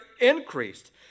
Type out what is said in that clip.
increased